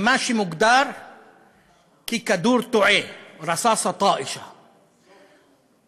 ממה שמוגדר "כדור תועה", (אומר בערבית: